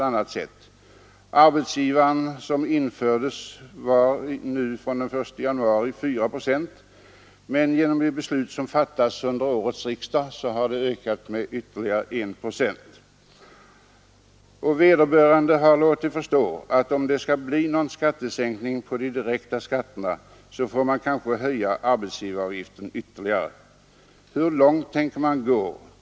Arbetsgivaravgiften, som infördes den 1 januari, var 4 procent, men genom det beslut som fattats i år har den stigit med ytterligare 1 procent. Och vederbörande har låtit förstå att om det skall bli någon skattesänkning på de direkta skatterna, så får man kanske höja arbetsgivaravgiften ytterligare. Hur långt tänker man gå?